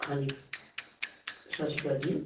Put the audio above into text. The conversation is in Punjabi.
ਹਾਂਜੀ ਸਤਿ ਸ਼੍ਰੀ ਅਕਾਲ ਜੀ